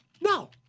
No